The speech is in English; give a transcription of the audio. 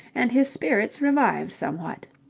and his spirits revived somewhat.